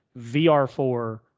VR4